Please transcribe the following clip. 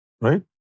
right